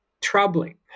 troubling